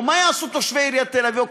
או מה יעשו תושבי עיריית תל-אביב או